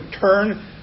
turn